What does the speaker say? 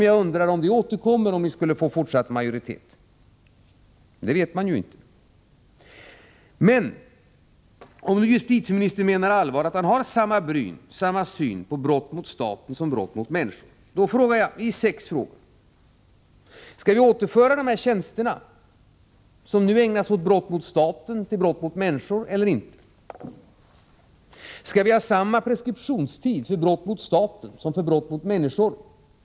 Jag undrar om det återkommer, om ni skulle få fortsatt majoritet. Det vet vi inte. Om nu justitieministern menar allvar när han säger att han har samma syn på brott mot staten som på brott mot människor vill jag ställa följande sex frågor: 1. Skall vi återföra de tjänster som nu ägnas åt brott mot staten till brott mot människor? 2. Skall vi ha samma preskriptionstid för brott mot staten som för brott mot människor?